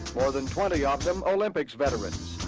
more than twenty ah of them olympics veterans,